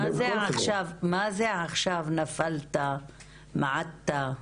מה זה עכשיו נפלת, מעדת.